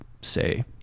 say